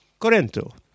Corrento